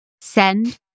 Send